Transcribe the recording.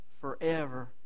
forever